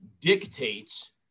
dictates